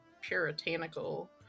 puritanical